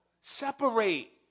separate